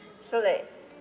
so like